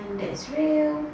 that's real